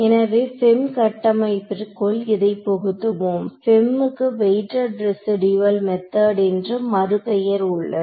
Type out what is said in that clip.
எனவே FEM கட்டமைப்பிற்குள் இதை புகுத்துவோம் FEM க்கு வெயிட்டெட் ரெசிடூயல் மெத்தெட் என்று மறு பெயர் உள்ளது